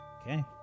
Okay